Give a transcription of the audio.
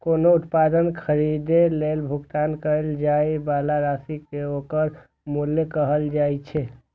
कोनो उत्पाद खरीदै लेल भुगतान कैल जाइ बला राशि कें ओकर मूल्य कहल जाइ छै